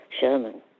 Sherman